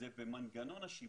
במנגנון השיבוץ,